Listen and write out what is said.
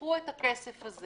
שייקחו את הכסף הזה